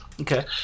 Okay